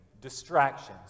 distractions